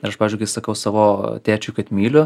aš pavyzdžiui kai sakau savo tėčiui kad myliu